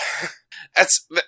that's-